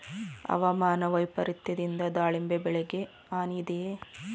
ಹವಾಮಾನ ವೈಪರಿತ್ಯದಿಂದ ದಾಳಿಂಬೆ ಬೆಳೆಗೆ ಹಾನಿ ಇದೆಯೇ?